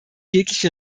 jegliche